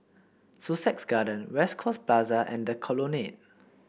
Sussex Garden West Coast Plaza and The Colonnade